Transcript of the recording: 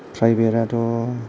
private आथ'